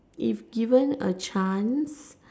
if given a chance